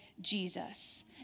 Jesus